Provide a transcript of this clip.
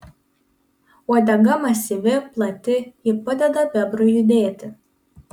uodega masyvi plati ji padeda bebrui judėti